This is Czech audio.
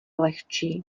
lehčí